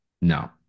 No